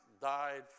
died